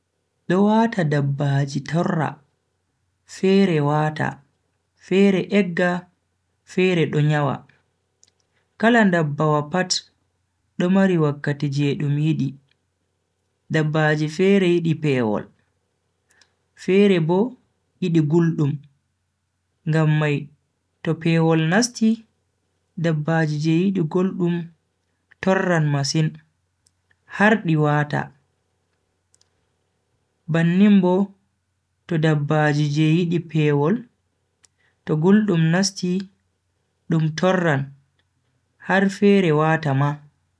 Do wata dabbaji torra, fere wata, fere egga fere do nyawa. kala ndabbawa pat do mari wakkati je dum yidi, dabbaji fere yidi pewol, fere bo yidi guldum, ngam mai to pewol nasti, dabbaji je yidi guldum torran masin har di waata ma, bannin bo to dabbaji je yidi pewol to guldum nasti dum torran har fere wata ma.